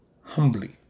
Humbly